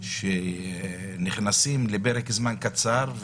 שנכנסים לפרק זמן קצר,